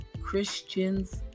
christians